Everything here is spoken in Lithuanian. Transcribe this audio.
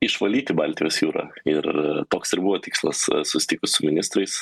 išvalyti baltijos jūrą ir toks ir buvo tikslas susitikus su ministrais